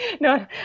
No